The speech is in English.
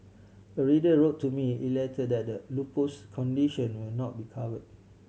a reader wrote to me elated that the lupus condition will now be cover